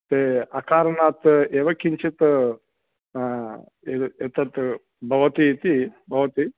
ते अकारणात् एव किञ्चित् एतत् भवतीति भवति